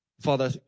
Father